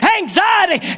anxiety